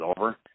over